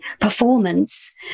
performance